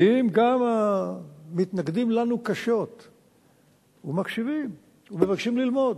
באים גם המתנגדים לנו קשות ומקשיבים ומבקשים ללמוד.